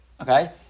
Okay